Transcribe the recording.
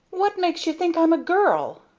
what makes you think i am a girl?